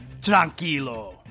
tranquilo